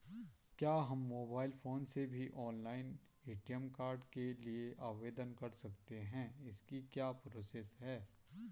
क्या हम mobile phone से भी ऑनलाइन ए.टी.एम कार्ड के लिए आवेदन कर सकते हैं इसकी क्या प्रोसेस है?